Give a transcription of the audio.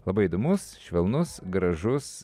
labai įdomus švelnus gražus